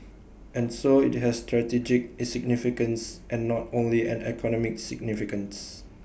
and so IT has strategic A significance and not only an economic significance